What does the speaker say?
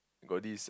got this